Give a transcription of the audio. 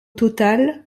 total